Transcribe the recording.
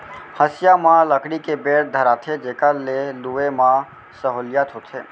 हँसिया म लकड़ी के बेंट धराथें जेकर ले लुए म सहोंलियत होथे